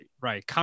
right